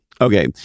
Okay